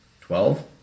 Twelve